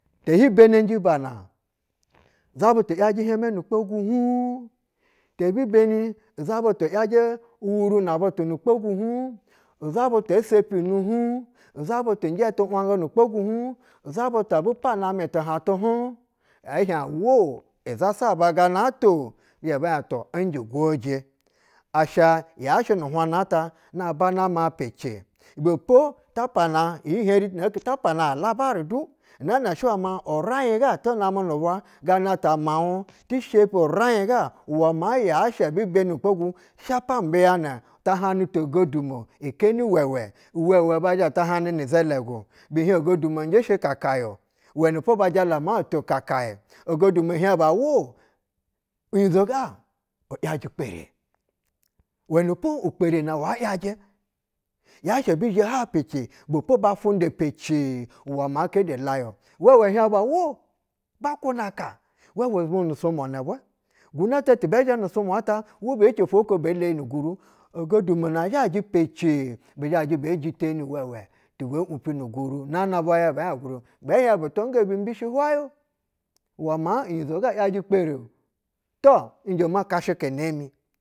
Te hi benenji bam za bulu yue nu kpogu ha, le bu beni uza butu yujz uwouruna butu nu kpogu hy iza butu esep, unu hy, iza butu njɛ tu wanga nu kwogu hy, iza jutu abu panɛ amɛ tuhantu hy ɛhiɛy awo izasaba gana tano, bi zhɛ hieɛh tu ɛnjɛ ugwoje asha yashɛ nu hwana ta na bana ma pece. Ibɛ po ta pana iyiheri nook ta pana ay ulabari du nɛɛnɛ shɛ uwɛ ma uraiy gatu na meɛ nubwa gana ta nau, ti seshi ura’n ga uwɛ maa yashɛ ebibeni nukpogu shapa un mbiyana tahanu to godumo keni iwɛwɛ. Iwɛwɛ ba zha taha nu ri, zɛlɛgu bi hieɛy ogadumo njɛ shɛ kakayɛ uwɛnɛ pa bala mau to kakayɛ ogodumo hiɛy bu awo unyiza go yajɛ kpere, uwɛnɛpo ukpere na wa’ yajɛ yaɛhɛ ebi zhe hwai pece ibepo ba funda pece hwɛ maa kdede laya-o iwɛwɛ hiɛh bu awo bakwuna-aka, iwɛwɛ zhe nu sumwa nɛbwɛ, igɛtɛ bɛɛ zhɛ nu sumwa ta beci afwo afwo ko bee teyi nu guru. Ogodumo na zhajɛ pece bi zuajɛ bee jiteni iwɛwɛ te be umpi nu guru. Nana bwa ya? Bɛɛ hiɛh bu ugun, bɛɛ to ngebu mbishi hwayɛ uwɛ maa unyi zo ga’ yajɛ kpere. Tu! Nzhɛ ma kashika nee mi.